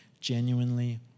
genuinely